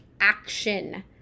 action